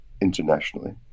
internationally